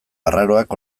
arraroak